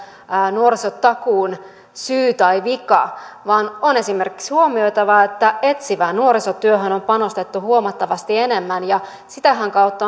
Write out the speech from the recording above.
nuorisotakuun syy tai vika vaan on esimerkiksi huomioitava että etsivään nuorisotyöhön on panostettu huomattavasti enemmän sitähän kautta